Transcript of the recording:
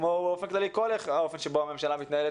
כפי שגם הממשלה מתנהלת,